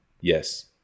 Yes